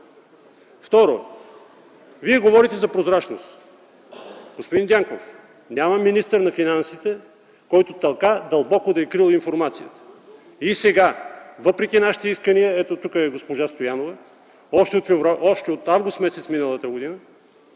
Второ, Вие говорихте за прозрачност. Господин Дянков, нямаме министър на финансите, който така дълбоко да е крил информация. И сега, въпреки нашите искания, тук е и госпожа Стоянова, още от м. август миналата година